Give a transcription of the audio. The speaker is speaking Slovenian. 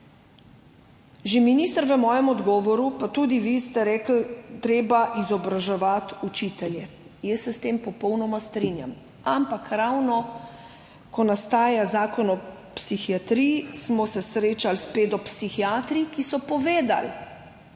Že minister je v odgovoru meni, pa tudi vi ste rekli, treba je izobraževati učitelje, jaz se s tem popolnoma strinjam. Ampak ravno, ko nastaja zakon o psihiatriji, smo se srečali s pedopsihiatri, ki so povedali,